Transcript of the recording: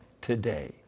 today